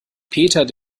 peter